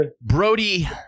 Brody